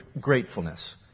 gratefulness